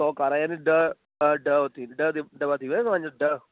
सौ कारा यानि ॾह त ॾह उहो थी विया ॾह डब्बा थी विया तव्हां जा ॾह